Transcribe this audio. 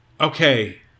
okay